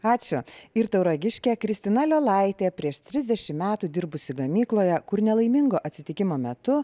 ačiū ir tauragiškė kristina lelaitė prieš trisdešimt metų dirbusi gamykloje kur nelaimingo atsitikimo metu